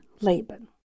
Laban